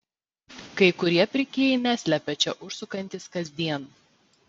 kai kurie pirkėjai neslepia čia užsukantys kasdien